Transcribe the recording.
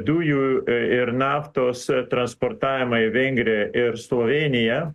dujų ir naftos transportavimą į vengriją ir slovėniją